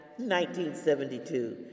1972